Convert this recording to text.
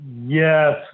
Yes